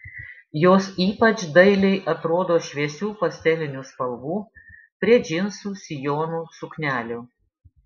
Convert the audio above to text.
jos ypač dailiai atrodo šviesių pastelinių spalvų prie džinsų sijonų suknelių